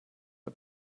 der